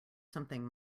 something